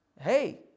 hey